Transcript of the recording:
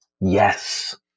Yes